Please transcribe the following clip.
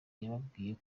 yababwiye